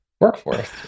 workforce